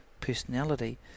personality